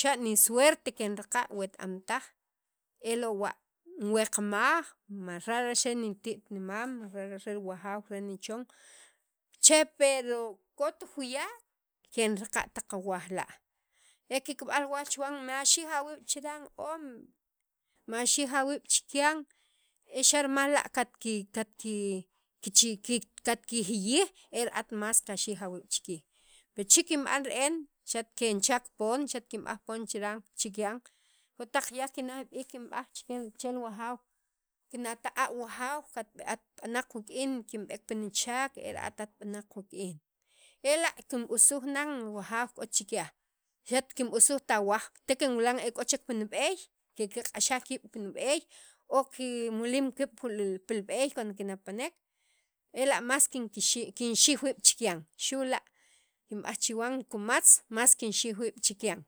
xa' nisuerte kenraqa' weta am taj elowa' weqmaj mara' xa' nitit nimam wuxu' re wujaw re nichon che pelo k'o juyak kenraqa' taq awaaj la' e kikb'aj waal chuwan maxiij awiib' chiran hombre maxiij awiib' xa' rimal la' katki katki katkijiyiij era'at mas kaxij awiib' chikyan pero che kinb'an re'en xaq kenchak pon xaq kinb'aj pon kicharan chikyan k'o taq yak kinel b'iik kinb'aj che wujaaw kinata' wujaaw kat atb'anaq wuk'in kinb'eek pi nichaak era'at b'anaq wuk'in ela' kinb'usuj nan k'o chi kyaj ret kinb'usujtaj awaaj te kinwilan ek'o chek pi nib'eey kikiq'axaj kiib' pi nib'eey o kimulum pu pil kiib' cuando kinapanek ela' mas kinkixib' kinxij wiib' chikyan xula' kinb'aj chiwan kumatz mas kinxij wiib' chikyan.